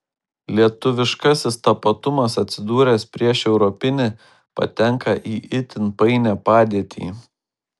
lietuviškasis tapatumas atsidūręs prieš europinį patenka į itin painią padėtį